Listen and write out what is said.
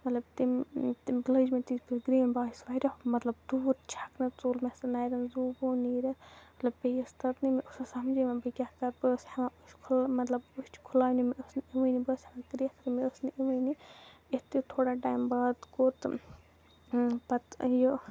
مطلب تِم تِم لٔج مےٚ تِتھ پٲٹھۍ گرٛین بہٕ آیَس واریاہ مطلب دوٗر چھکنہٕ ژوٚل مےٚ سُہ نَرٮ۪ن زوٗ ووٗ نیٖرِتھ مطلب پییَس تٔتنٕے مےٚ اوس نہٕ سمجھی یِوان بہٕ کیٛاہ کَرٕ بہٕ ٲسٕس ہٮ۪وان أچھ کُھل مطلب أچھ کُھلاونہِ مےٚ ٲس نہٕ یِوٲنۍ بہٕ ٲسٕس ہٮ۪وان کرٛٮ۪کھ مےٚ ٲس نہٕ یِوٲنی یِتھ تِتھ تھوڑا ٹایِم بعد کوٚر تہٕ پَتہٕ یہِ